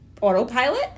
Autopilot